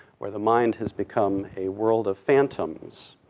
where the mind has become a world of phantoms,